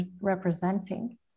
representing